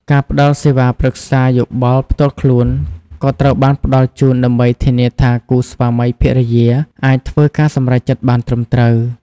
ការផ្តល់សេវាប្រឹក្សាយោបល់ផ្ទាល់ខ្លួនក៏ត្រូវបានផ្តល់ជូនដើម្បីធានាថាគូស្វាមីភរិយាអាចធ្វើការសម្រេចចិត្តបានត្រឹមត្រូវ។